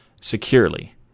securely